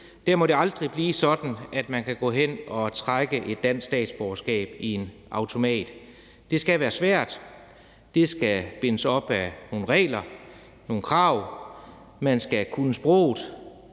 må det aldrig blive sådan, at man kan gå hen at trække et dansk statsborgerskab i en automat. Det skal være svært, og det skal bindes op på nogle regler og nogle krav. Man skal kunne sproget,